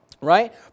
Right